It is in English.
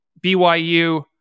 BYU